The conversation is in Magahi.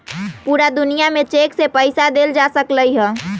पूरा दुनिया में चेक से पईसा देल जा सकलई ह